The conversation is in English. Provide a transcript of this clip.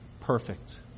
perfect